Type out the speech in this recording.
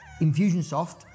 Infusionsoft